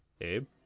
Abe